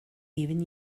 even